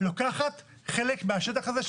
לוקחת חלק מהשטח הזה.